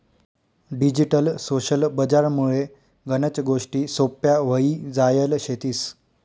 digital social बजार मुळे गनच गोष्टी सोप्प्या व्हई जायल शेतीस